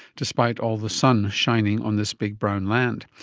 despite all the sun shining on this big brown land.